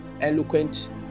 eloquent